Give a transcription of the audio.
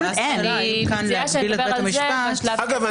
אגב,